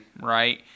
right